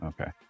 okay